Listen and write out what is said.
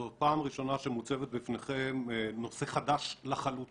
זאת פעם ראשונה שמוצב בפניכם נושא חדש לחלוטין